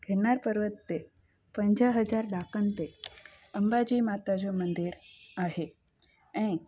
गिरनार पर्बत ते पंज हज़ार ॾाकनि ते अंबाजी माता जो मंदरु आहे ऐं